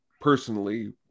personally